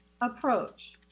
approach